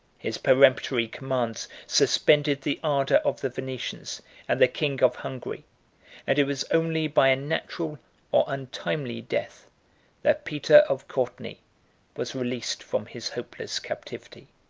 his peremptory commands suspended the ardor of the venetians and the king of hungary and it was only by a natural or untimely death that peter of courtenay was released from his hopeless captivity.